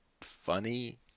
funny